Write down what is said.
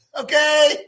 Okay